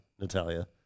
Natalia